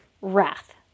wrath